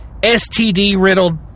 STD-riddled